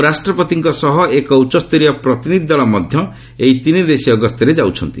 ଉପରାଷ୍ଟ୍ରପତିଙ୍କ ସହ ଏକ ଉଚ୍ଚସ୍ତରୀୟ ପ୍ରତିନିଧି ଦଳ ମଧ୍ୟରେ ଏହି ତିନିଦେଶୀୟ ଗସ୍ତରେ ଯାଉଛନ୍ତି